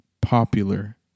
popular